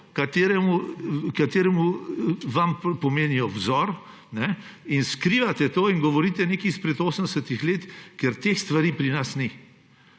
ki vam pomeni vzor, in skrivate to in govorite nekaj izpred 80 let, ker teh stvari pri nas ni.